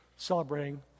Celebrating